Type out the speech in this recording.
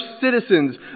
citizens